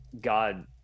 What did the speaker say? God